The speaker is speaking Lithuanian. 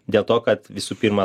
dėl to kad visų pirma